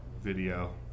video